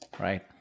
Right